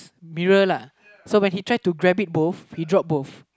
mirror lah so when he try to grab it both he drop both